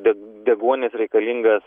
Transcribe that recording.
deg deguonis reikalingas